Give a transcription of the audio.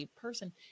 person